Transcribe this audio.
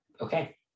Okay